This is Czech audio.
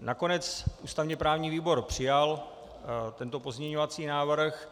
Nakonec ústavněprávní výbor přijal tento pozměňovací návrh.